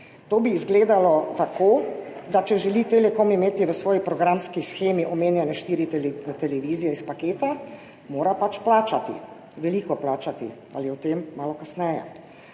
To bi izgledalo tako, da če želi Telekom imeti v svoji programski shemi omenjene štiri televizije iz paketa, mora pač plačati, veliko plačati. A o tem malo kasneje.